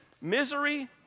Misery